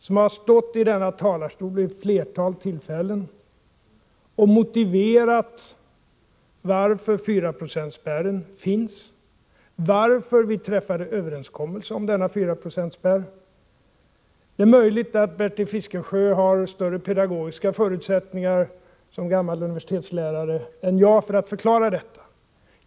Han har stått i denna talarstol vid ett flertal tillfällen och motiverat varför 4-procentsspärren finns och varför vi har träffat överenskommelse om denna 4-procentsspärr. Det är möjligt att Bertil Fiskesjö som gammal universitetslärare har större pedagogiska förutsättningar än jag att förklara detta.